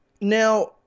now